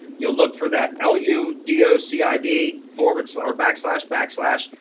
you'll look for that url you do you know see id forwards or backslash, backslash,